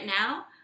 now